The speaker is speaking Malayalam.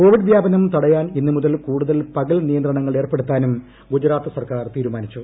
കോവിഡ് വ്യാപനം തടയാൻ ഇന്നുമുതൽ കൂടുതൽ പകൽ നിയന്ത്രണങ്ങൾ ഏർപ്പെടുത്താനും ഗുജറാത്ത് സർക്കാർ തീരുമാനിച്ചു